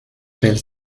feld